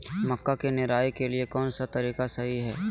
मक्का के निराई के लिए कौन सा तरीका सही है?